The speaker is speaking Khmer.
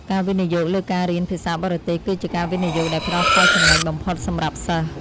ការវិនិយោគលើការរៀនភាសាបរទេសគឺជាការវិនិយោគដែលផ្តល់ផលចំណេញបំផុតសម្រាប់សិស្ស។